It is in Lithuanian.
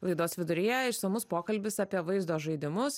laidos viduryje išsamus pokalbis apie vaizdo žaidimus